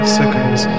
seconds